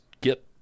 get